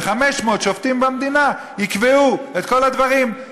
ו-500 שופטים במדינה יקבעו את כל הדברים,